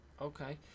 Okay